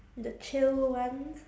the chill one